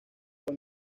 fue